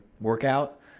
workout